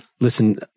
listen